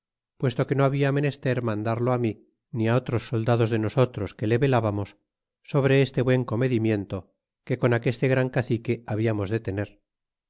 puesto que no habia menester mandarlo mi ni otros soldados de nosotros que le velábamos sobre este buen comedimiento que con aqueste gran cacique habiamos de tener